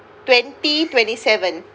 twenty twenty seven